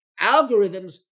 Algorithms